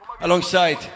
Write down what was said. Alongside